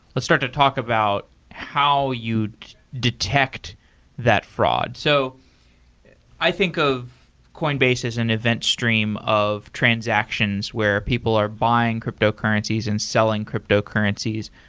let' start to talk about how you detect that fraud. so i think of coinbase as an event stream of transactions where people are buying cryptocurrencies and selling cryptocurrencies.